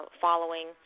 following